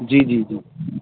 جی جی جی